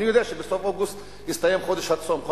אני יודע שבסוף אוגוסט יסתיים חודש הצום,